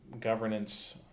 governance